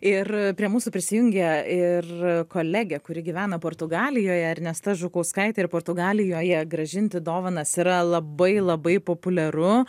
ir prie mūsų prisijungė ir kolegė kuri gyvena portugalijoje ernesta žukauskaitė ir portugalijoje grąžinti dovanas yra labai labai populiaru